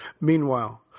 Meanwhile